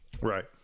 right